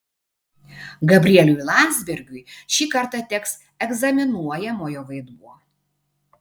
gabrieliui landsbergiui šį kartą teks egzaminuojamojo vaidmuo